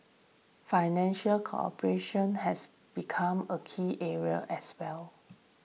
financial cooperation has become a key area as well